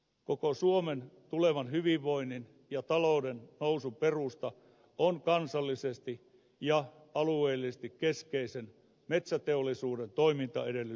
koko suomen tulevan hyvinvoinnin ja talouden nousun perusta on kansallisesti ja alueellisesti keskeisen metsäteollisuuden toimintaedellytysten turvaamisessa